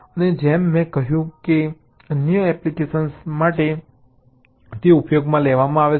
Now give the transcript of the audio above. અને જેમ મેં કહ્યું કે તે અન્ય એપ્લિકેશનો માટે ઉપયોગમાં લેવાય છે